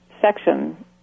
section